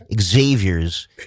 Xavier's